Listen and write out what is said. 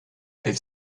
elle